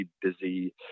busy